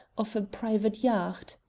of a private yacht.